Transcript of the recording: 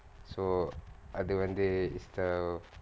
so அது வந்து:athu vanthu err is the